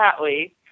Hatley